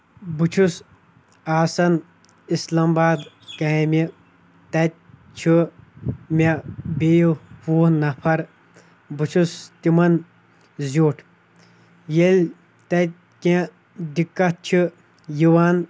بہٕ چھُس آسان اِسلام آباد کامہِ تَتہِ چھُ مےٚ بیٚیہِ وُہ نفر بہٕ چھُس تِمن زِیُٹھ ییٚلہِ تَتہِ کیٚنٛہہ دِکت چھِ یِوان